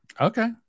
Okay